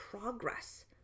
progress